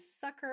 sucker